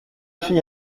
fille